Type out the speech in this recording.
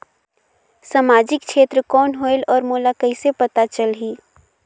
समाजिक क्षेत्र कौन होएल? और मोला कइसे पता चलही?